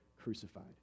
crucified